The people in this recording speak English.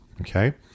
okay